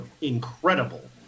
incredible